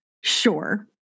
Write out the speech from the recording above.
Sure